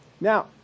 Now